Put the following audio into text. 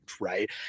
right